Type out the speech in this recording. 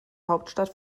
hauptstadt